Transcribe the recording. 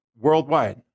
worldwide